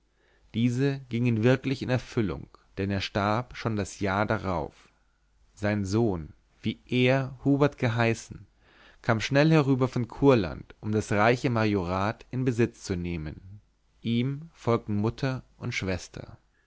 diese gingen wirklich in erfüllung denn er starb schon das jahr darauf sein sohn wie er hubert geheißen kam schnell herüber von kurland um das reiche majorat in besitz zu nehmen ihm folgten mutter und schwester